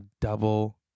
double